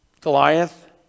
Goliath